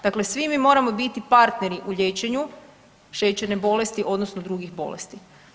Dakle, svi mi moramo biti partneri u liječenju šećerne bolesti odnosno drugih bolesti.